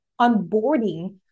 onboarding